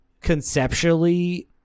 conceptually